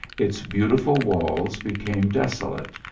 its beautiful walls became desolate,